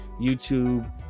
youtube